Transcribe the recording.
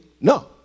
No